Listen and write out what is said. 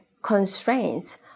constraints